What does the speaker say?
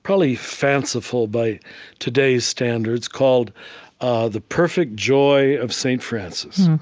probably fanciful by today's standards, called ah the perfect joy of st. francis.